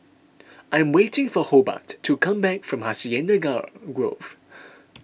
I am waiting for Hobart to come back from Hacienda Grove